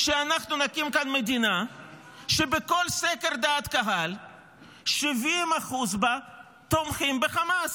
שאנחנו נקים כאן מדינה שבכל סקר דעת קהל 70% בה תומכים בחמאס,